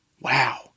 Wow